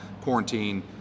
quarantine